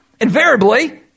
Invariably